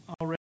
already